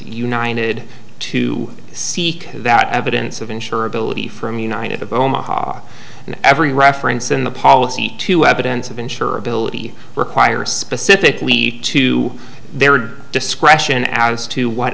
united to seek that evidence of insurability from united of omaha and every reference in the policy to evidence of insurability requires specifically to their discretion as to what